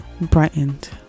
brightened